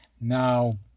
now